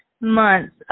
months